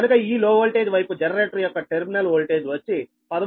కనుక ఈ low voltage వైపు జనరేటర్ యొక్క టెర్మినల్ వోల్టేజ్ వచ్చి 13